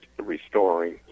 restoring